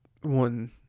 one